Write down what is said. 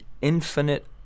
infinite